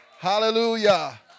Hallelujah